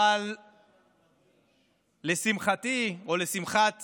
אבל לשמחתי, או לשמחת